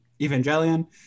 Evangelion